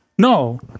No